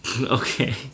Okay